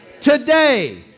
today